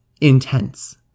intense